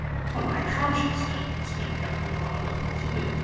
upon my conscience, then, exclaimed captain delano, impulsively,